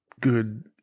good